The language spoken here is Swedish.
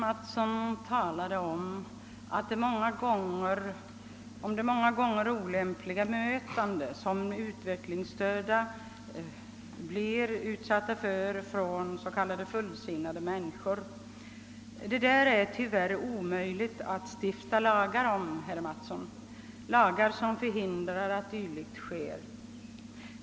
Herr talman! Herr Mattsson talade om det många gånger olämpliga bemötande som utvecklingsstörda blir utsatta för från s.k. fullsinnade människor. Sådant är det tyvärr omöjligt att stifta lagar emot, herr Mattsson, lagar som förhindrar att dylikt inträffar.